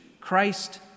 Christ